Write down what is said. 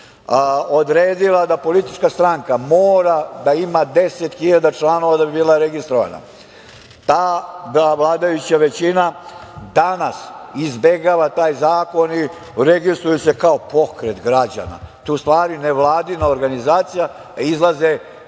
odredila da politička stranka mora da ima 10.000 članova da bi bila registrovana. Ta vladajuća većina danas izbegava taj zakon i regustruju se kao pokret građana. To je u stvari nevladina organizacija, izlaze,